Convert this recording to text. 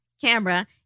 camera